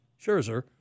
Scherzer